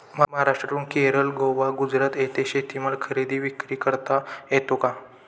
महाराष्ट्रातून केरळ, गोवा, गुजरात येथे शेतीमाल खरेदी विक्री करता येतो का?